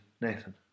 Nathan